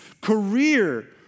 career